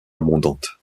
abondante